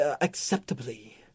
acceptably